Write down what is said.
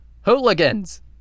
hooligans